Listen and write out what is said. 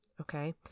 Okay